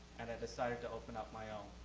and i decided to open up my own.